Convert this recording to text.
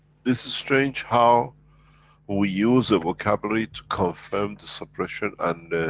this is strange how we use a vocabulary to confirm the suppression, and